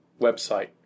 website